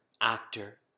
actor